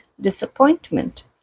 disappointment